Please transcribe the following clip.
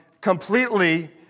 completely